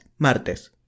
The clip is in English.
martes